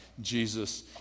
Jesus